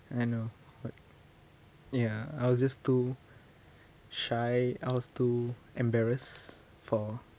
I know but ya I was just too shy I was too embarrassed for